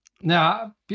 Now